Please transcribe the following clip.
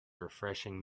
refreshing